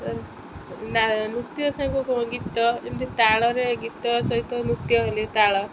ନୃତ୍ୟ ସାଙ୍ଗ ଗୀତ ଏମିତି ତାଳରେ ଗୀତ ସହିତ ନୃତ୍ୟ ହେଲେ ତାଳ